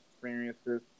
experiences